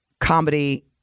comedy